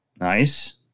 Nice